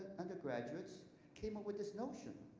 undergraduates came up with this notion.